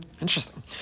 Interesting